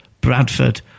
Bradford